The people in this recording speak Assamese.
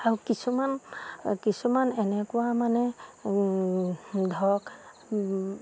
আৰু কিছুমান কিছুমান এনেকুৱা মানে ধৰক